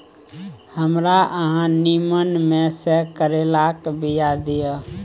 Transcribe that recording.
हमरा अहाँ नीमन में से करैलाक बीया दिय?